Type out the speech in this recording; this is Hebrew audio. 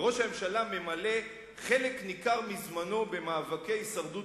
וראש הממשלה ממלא חלק ניכר מזמנו במאבקי הישרדות